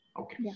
Okay